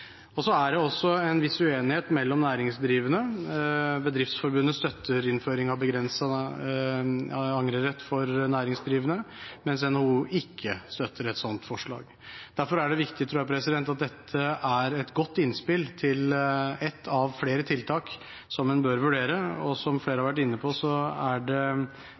Så er det også en viss uenighet mellom næringsdrivende. Bedriftsforbundet støtter innføring av begrenset angrerett for næringsdrivende, mens NHO ikke støtter et slikt forslag. Derfor er det viktig, tror jeg, at dette er et godt innspill til et av flere tiltak som en bør vurdere. Som flere har vært inne på, er det